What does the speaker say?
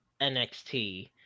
NXT